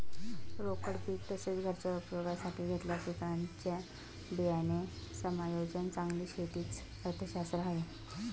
रोकड पीक तसेच, घरच्या उपयोगासाठी घेतलेल्या पिकांचे बियाणे समायोजन चांगली शेती च अर्थशास्त्र आहे